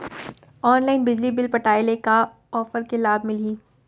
Online बिजली bill पटाय ले का का ऑफ़र के लाभ मिलही?